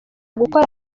gukora